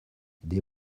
des